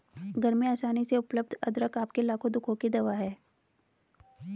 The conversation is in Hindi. घर में आसानी से उपलब्ध अदरक आपके लाखों दुखों की दवा है